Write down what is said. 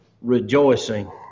rejoicing